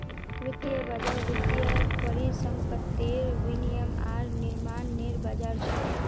वित्तीय बज़ार वित्तीय परिसंपत्तिर विनियम आर निर्माणनेर बज़ार छ